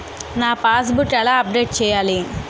నా passbook ఎలా update చేయాలి?